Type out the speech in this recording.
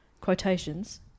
quotations